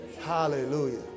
hallelujah